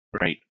Right